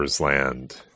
Land